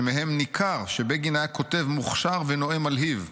שמהם ניכר שבגין היה כותב מוכשר ונואם מלהיב,